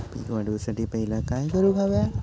पीक वाढवुसाठी पहिला काय करूक हव्या?